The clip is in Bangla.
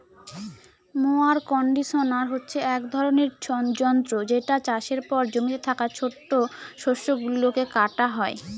মোয়ার কন্ডিশনার হচ্ছে এক ধরনের যন্ত্র যেটা চাষের পর জমিতে থাকা ছোট শস্য গুলোকে কাটা হয়